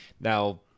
now